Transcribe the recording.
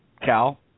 Cal